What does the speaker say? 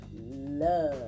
love